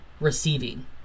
receiving